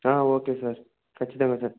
okay sir ఖచ్చితంగా sir